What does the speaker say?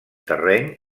terreny